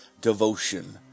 devotion